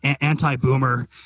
anti-boomer